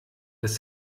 des